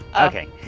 Okay